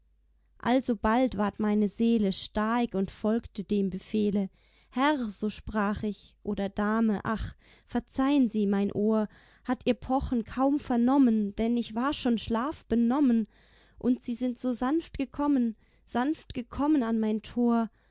alsobald ward meine seele stark und folgte dem befehle herr so sprach ich oder dame ach verzeihen sie mein ohr hat ihr pochen kaum vernommen denn ich war schon schlafbenommen und sie sind so sanft gekommen sanft gekommen an mein tor